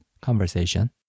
conversation